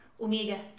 Omega